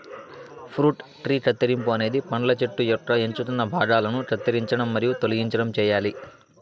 fruit tree కత్తిరింపు అనేది పండ్ల చెట్టు యొక్క ఎంచుకున్న భాగాలను కత్తిరించడం మరియు తొలగించడం చేయాలి